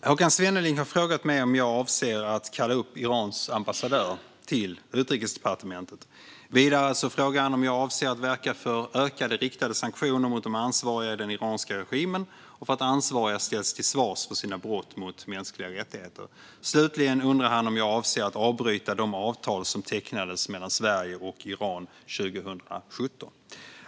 har frågat mig om jag avser att kalla upp Irans ambassadör till Utrikesdepartementet. Vidare frågar han om jag avser att verka för ökade riktade sanktioner mot de ansvariga i den iranska regimen och för att ansvariga ställs till svars för sina brott mot mänskliga rättigheter. Slutligen undrar han om jag avser att avbryta de avtal som tecknades mellan Sverige och Iran 2017.